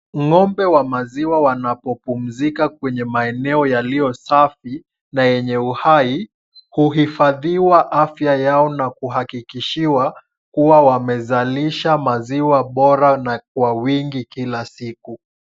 Ng'ombe wa maziwa wanapopumzika kwenye maeneo yaliyo safi na yenye uhai, huhifadhiwa afya yao na kuhakikishiwa kuwa wamezalisha maziwa bora na kwa wingi kila siku.